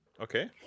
Okay